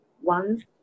One